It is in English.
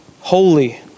holy